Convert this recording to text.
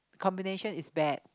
combination is bad